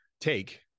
take